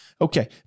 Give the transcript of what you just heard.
Okay